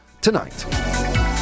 tonight